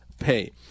pay